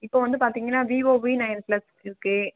இப்போது வந்து பார்த்தீங்கன்னா வீவோ வி நையன் பிளஸ் இருக்குது